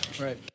right